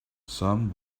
some